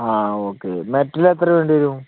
ആ ഓക്കെ മെറ്റലെത്ര വേണ്ടി വരും